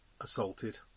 Assaulted